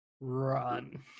run